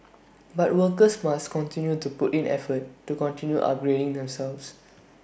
but workers must continue to put in effort to continue upgrading themselves